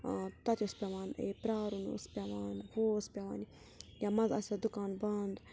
تَتہِ اوس پٮ۪وان پرٛارُن اوس پٮ۪وان ہُہ اوس پٮ۪وان یا مَزٕ آسہِ ہہ دُکان بَنٛد